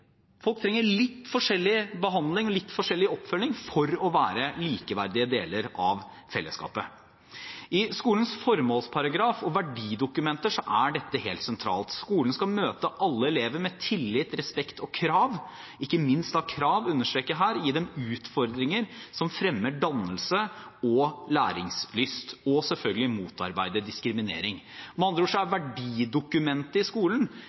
oppfølging for å være likeverdige deler av fellesskapet. I skolens formålsparagraf og verdidokumenter er dette helt sentralt. Skolen skal møte alle elever med tillit, respekt og krav – ikke minst «krav» understreker jeg her – gi dem utfordringer som fremmer dannelse og læringslyst, og selvfølgelig motarbeide diskriminering. Med andre ord: Verdidokumentet i skolen – og dette gjelder også ny generell del og overordnet del av læreplanen, som nå er